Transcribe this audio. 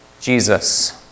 Jesus